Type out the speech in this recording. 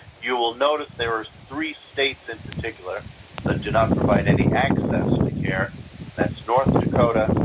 you will notice there are three states in particular that do not provide any access to care andthat's north dakota,